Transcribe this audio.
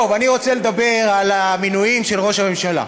אני רוצה לדבר על המינויים של ראש הממשלה.